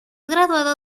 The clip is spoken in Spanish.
graduado